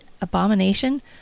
abomination